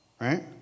right